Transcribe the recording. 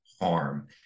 harm